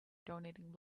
donating